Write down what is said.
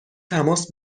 تماس